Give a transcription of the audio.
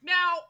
Now